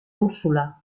úrsula